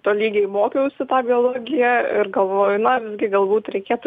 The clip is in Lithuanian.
tolygiai mokiausi tą biologiją ir galvoju na visgi galbūt reikėtų